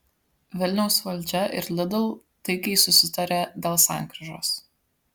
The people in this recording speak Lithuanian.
vilniaus valdžia ir lidl taikiai susitarė dėl sankryžos